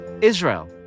Israel